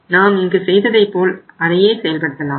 நாம் இங்கு செய்ததை போல் அதையே செயல்படுத்தலாம்